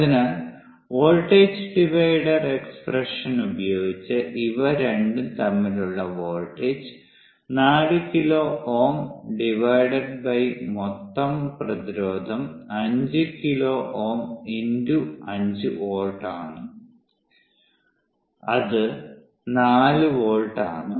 അതിനാൽ voltage divider expression ഉപയോഗിച്ച് ഇവ രണ്ടും തമ്മിലുള്ള വോൾട്ടേജ് 4 കിലോ Ω മൊത്തം പ്രതിരോധം 5 കിലോ Ω x 5 വോൾട്ട് ആണ് അത് 4 വോൾട്ട് ആണ്